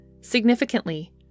Significantly